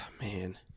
man